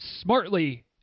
smartly